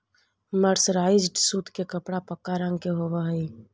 mercerised सूत के कपड़ा पक्का रंग के होवऽ हई